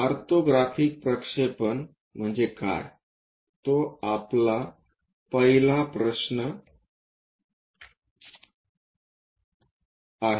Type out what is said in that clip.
orthographic प्रक्षेपण म्हणजे काय तो आपला पहिला प्रश्न आहे